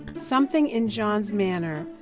something in john's manner,